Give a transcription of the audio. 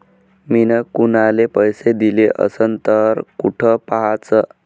मिन कुनाले पैसे दिले असन तर कुठ पाहाचं?